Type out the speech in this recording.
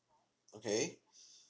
okay